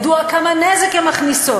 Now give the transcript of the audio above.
ידוע כמה נזק הן מכניסות.